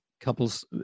couples